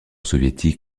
soviétique